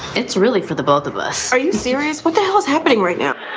it's really for the both of us. are you serious? what the hell is happening right now?